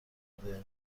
مدرنی